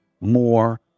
more